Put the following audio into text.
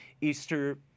Easter